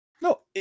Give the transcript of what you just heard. No